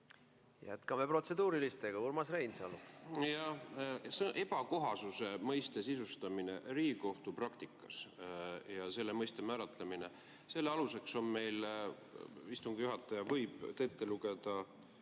Jätkame protseduurilistega. Urmas Reinsalu.